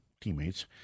teammates